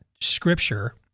scripture